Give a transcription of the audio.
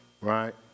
right